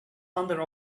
under